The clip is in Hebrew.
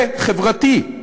זה חברתי.